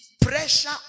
pressure